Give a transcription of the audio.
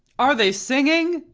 are they singing?